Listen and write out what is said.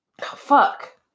Fuck